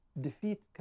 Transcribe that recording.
defeat